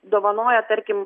dovanoja tarkim